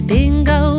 Bingo